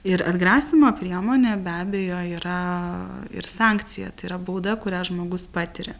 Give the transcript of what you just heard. ir atgrasymo priemonė be abejo yra ir sankcija tai yra bauda kurią žmogus patiria